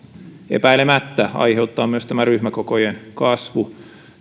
epäilemättä aiheuttaa myös tämä ryhmäkokojen kasvu